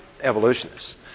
evolutionists